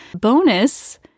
Bonus